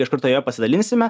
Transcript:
iš karto ja pasidalinsime